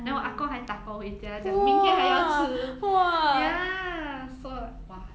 then 我阿公还打包回家讲明天还要吃 ya so !wah!